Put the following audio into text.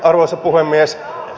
arvoisa puhemies